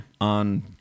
on